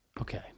Okay